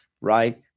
right